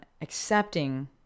accepting